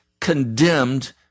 condemned